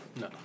No